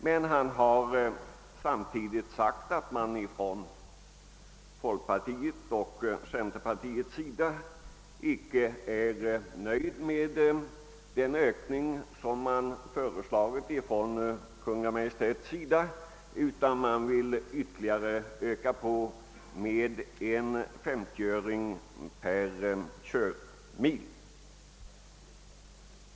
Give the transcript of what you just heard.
Han har emellertid samtidigt förklarat att man inom folkpartiet och centerpartiet icke är nöjd med den ökning som Kungl. Maj:t föreslagit utan vill öka på ytterligare med en 50-öring per körmil.